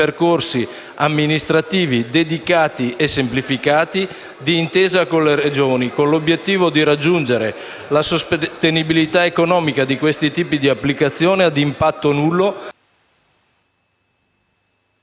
percorsi amministrativi dedicati e semplificati di intesa con le Regioni, con l’obiettivo di raggiungere la sostenibilità economica di questo tipo di applicazione ad impatto nullo,